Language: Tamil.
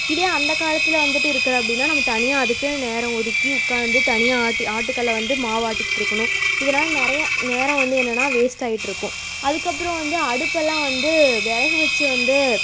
இதே அந்த காலத்தில் வந்துவிட்டு இருக்கிற அப்படின்னா நம்ம தனியாக அதுக்குன்னு நேரம் ஒதுக்கி உட்காந்து தனியாக ஆட்டி ஆட்டுக்கல்லை வந்து மாவாட்டிக்கிட்டு இருக்கணும் இதனால் நிறையா நேரம் வந்து என்னன்னா வேஸ்ட் ஆயிட்டு இருக்கும் அதுக்கப்பறம் வந்து அடுப்பெல்லாம் வந்து விறகு வச்சு வந்து